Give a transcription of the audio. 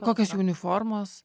kokios jų uniformos